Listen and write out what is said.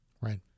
right